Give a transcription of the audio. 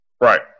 Right